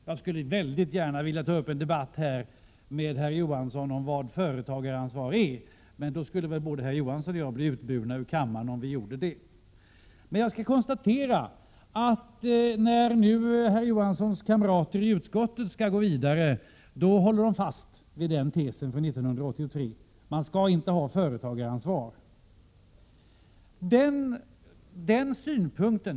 Jag skulle väldigt gärna vilja ta upp en debatt här med herr Johansson om vad företagaransvar är, men då skulle väl både herr Johansson och jag bli utburna ur kammaren. När nu herr Johanssons kamrater i utskottet skall gå vidare, då håller de fast vid tesen från 1983 — man skall inte ha företagaransvar.